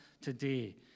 today